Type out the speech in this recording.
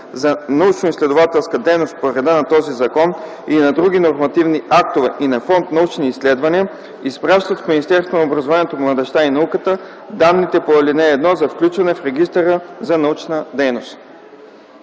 за научноизследователска дейност по реда на този закон и на други нормативни актове и Фонд „Научни изследвания”, изпращат в Министерството на образованието, младежта и науката данните по ал. 1 за включване в регистъра за научната дейност.”